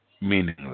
meaningless